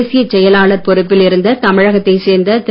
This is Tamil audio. தேசிய செயலாளர் பொறுப்பில் இருந்த தமிழகத்தைச் சேர்ந்த திரு